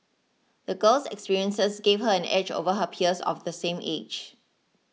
the girl's experiences gave her an edge over her peers of the same age